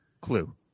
Clue